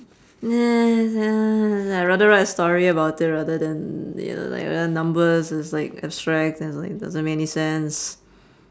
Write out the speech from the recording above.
nah I rather write a story about it rather than you know like uh numbers it's like abstract and it's like doesn't make any sense